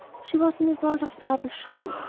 she was in a world of trouble, surely.